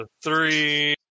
Three